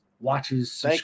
watches